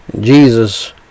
Jesus